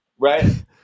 Right